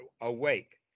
awake